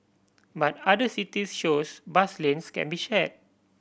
but other cities shows bus lanes can be shared